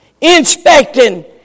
inspecting